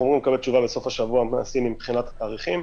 אנחנו אמורים לקבל תשובה בסוף השבוע מהסינים מבחינת התאריכים.